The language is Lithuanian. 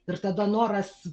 ir tada noras